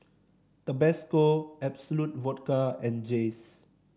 Tabasco Absolut Vodka and Jays